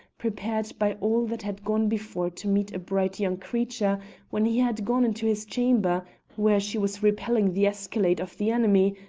prepared by all that had gone before to meet a bright young creature when he had gone into his chamber where she was repelling the escalade of the enemy,